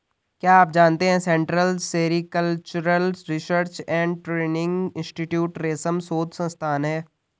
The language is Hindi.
क्या आप जानते है central sericultural research and training institute रेशम शोध संस्थान है?